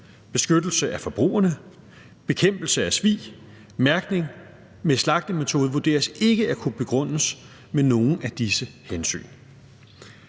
beskyttelse af forbrugerne og bekæmpelse af svig. Mærkning med slagtemetode vurderes ikke at kunne begrundes med nogle af disse hensyn.